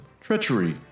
Treachery